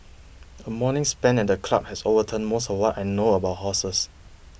a morning spent at the club has overturned most of what I know about horses